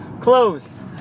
Close